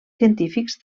científics